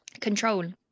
control